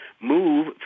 move